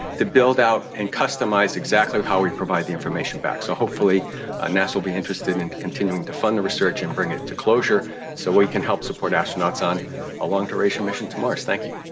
to build out and customise exactly how we provide the information back. so hopefully ah nasa will be interested in continuing to fund the research and bring it to closure so we can help support astronauts on a long-duration mission to mars. thank you.